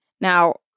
Now